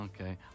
Okay